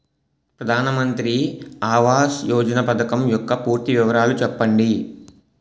ప్రధాన మంత్రి ఆవాస్ యోజన పథకం యెక్క పూర్తి వివరాలు చెప్పండి?